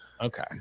Okay